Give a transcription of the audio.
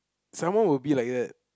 someone will be like that